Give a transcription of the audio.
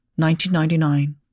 1999